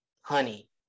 honey